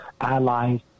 allies